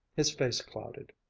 his face clouded.